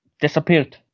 disappeared